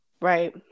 right